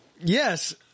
Yes